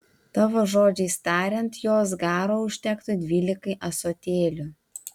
tavo žodžiais tariant jos garo užtektų dvylikai ąsotėlių